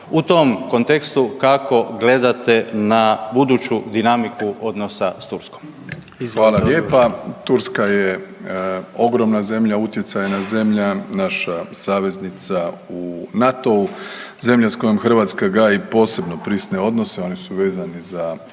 Izvolite odgovor. **Plenković, Andrej (HDZ)** Hvala lijepa. Turska je ogromna zemlja, utjecajna zemlja, naša saveznica u NATO-u, zemlja s kojom Hrvatska gaji posebno prisne odnose, oni su vezani za